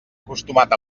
acostumat